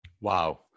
Wow